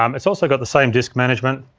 um it's also got the same disk management.